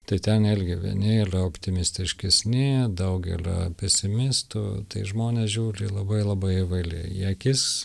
tai ten irgi vieni yra optimistiškesni daug yra pesimistų tai žmonės žiūri labai labai įvairiai į akis